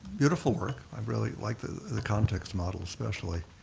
beautiful work. i really liked the context model, especially.